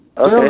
Okay